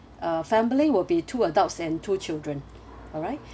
uh family will be two adults and two children alright